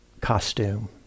costume